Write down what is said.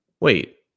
wait